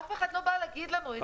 אף אחד לא בא להגיד לנו את זה.